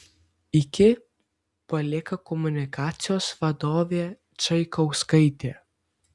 iki palieka komunikacijos vadovė čaikauskaitė